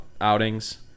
outings